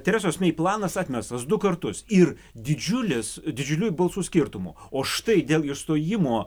teresos mei planas atmestas du kartus ir didžiulis didžiuliu balsų skirtumu o štai dėl išstojimo